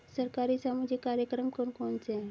सरकारी सामाजिक कार्यक्रम कौन कौन से हैं?